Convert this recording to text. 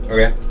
Okay